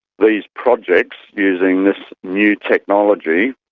these projects, using this new technology,